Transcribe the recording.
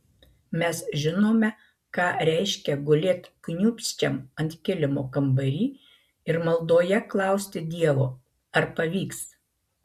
mes žinome ką reiškia gulėt kniūbsčiam ant kilimo kambary ir maldoje klausti dievo ar pavyks